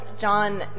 John